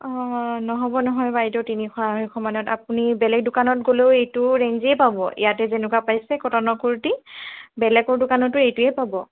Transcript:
অঁ নহ'ব নহয় বাইদেউ তিনিশ আঢ়ৈশ মানত আপুনি বেলেগ দোকানত গ'লেও এইটো ৰেঞ্জেই পাব ইয়াতে যেনেকুৱা পাইছে কটনৰ কূৰ্টী বেলেগৰ দোকানতো এইটোৱেই পাব